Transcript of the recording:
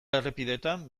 errepideetan